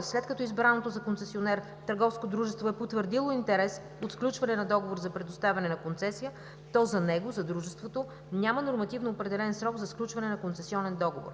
След като избраното за концесионер търговско дружество е потвърдило интерес от сключване на договор за предоставяне на концесия, то за него – за дружеството, няма нормативно определен срок за сключване на концесионен договор.